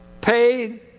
paid